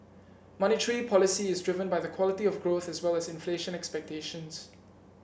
monetary policy is driven by the quality of growth as well as inflation expectations